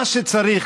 מה שצריך,